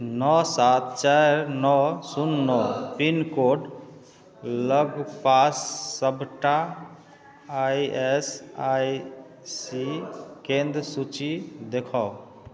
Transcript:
नओ सात चारि नओ शून्य पिनकोड लगपास सबटा आइ एस आइ सी केंद्र सूची देखाउ